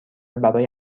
برای